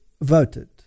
voted